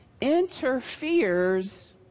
interferes